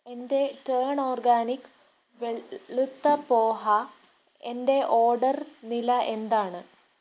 എന്റെ turn organic വെളുത്ത പോഹ എന്റെ ഓർഡർ നില എന്താണ്